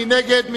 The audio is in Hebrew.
מי נגד?